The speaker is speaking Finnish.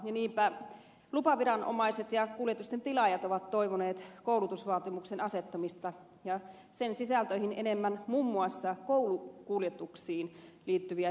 niinpä lupaviranomaiset ja kuljetusten tilaajat ovat toivoneet koulutusvaatimuksen asettamista ja koulutukseen enemmän muun muassa koulukuljetuksiin liittyvää sisältöä